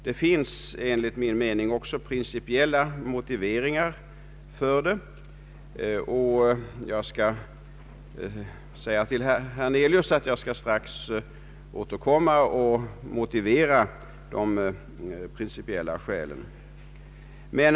Det finns enligt min mening också principiella motiveringar för det, och jag skall, herr Hernelius, strax motivera de principiella skälen.